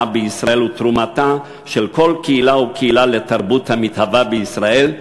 בישראל ותרומתה של כל קהילה וקהילה לתרבות המתהווה בישראל,